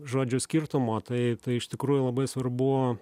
žodžių skirtumo tai iš tikrųjų labai svarbu